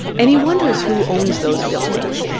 and he wonders who owns those buildings.